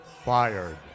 fired